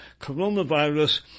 coronavirus